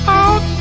out